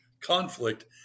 conflict